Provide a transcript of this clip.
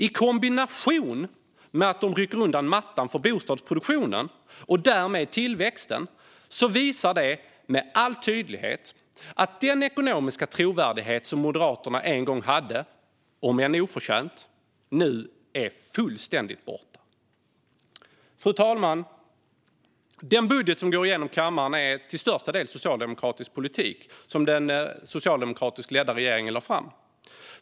I kombination med att de rycker undan mattan för bostadsproduktionen och därmed tillväxten visas med all tydlighet att den ekonomiska trovärdighet som Moderaterna en gång hade, om än oförtjänt, nu är fullständigt borta. Fru talman! Den budget som går igenom kammaren är till största delen socialdemokratisk politik som den socialdemokratiskt ledda regeringen lade fram.